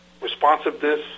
responsiveness